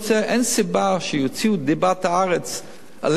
אין סיבה שיוציאו דיבת הארץ עלינו,